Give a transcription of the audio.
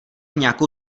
nějakou